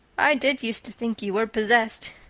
i did use to think you were possessed.